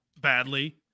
badly